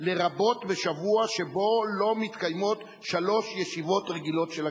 לרבות בשבוע שבו לא מתקיימות שלוש ישיבות רגילות של הכנסת.